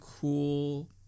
cool